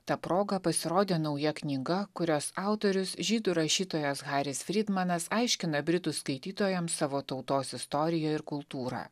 ta proga pasirodė nauja knyga kurios autorius žydų rašytojas haris fridmanas aiškina britų skaitytojams savo tautos istoriją ir kultūrą